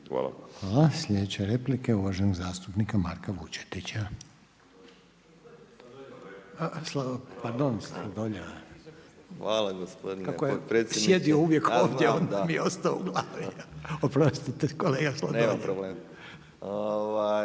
Hvala. Slijedeća replika je uvaženog zastupnika Marka Vučetića,